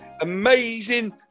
amazing